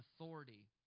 authority